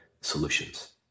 solutions